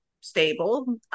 stable